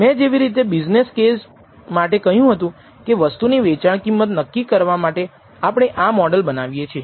મેં જેવી રીતે બિઝનેસ કેસ માટે કહ્યું હતું કે વસ્તુની વેચાણ કિંમત નક્કી કરવા માટે આપણે આ મોડલ બનાવીએ છીએ